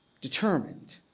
determined